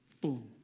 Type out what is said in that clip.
Boom